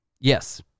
Yes